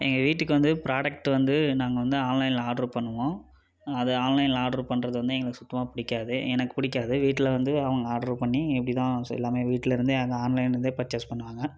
எங்கள் வீட்டுக்கு வந்து ப்ராடெக்ட் வந்து நாங்கள் வந்து ஆன்லைனில் ஆட்ரு பண்ணுவோம் அது ஆன்லைனில் ஆட்ரு பண்றது வந்து எங்களுக்கு சுத்தமாகபிடிக்காது எனக்கு பிடிக்காது வீட்டில் வந்து அவங்க ஆட்ரு பண்ணி இப்படிதான் எல்லாமே வீட்டில் இருந்தே ஆன்லைனிலிருந்தே பர்ச்சேஸ் பண்ணுவாங்க